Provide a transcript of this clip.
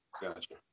Gotcha